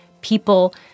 people